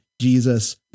Jesus